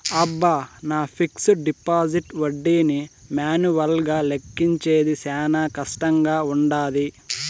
అబ్బ, నా fixed deposit ఒడ్డీని మాన్యువల్గా లెక్కించేది శానా కష్టంగా వుండాది